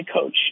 coach